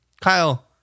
Kyle